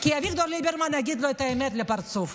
כי אביגדור ליברמן יגיד לו את האמת בפרצוף.